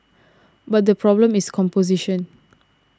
but the problem is composition